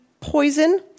Poison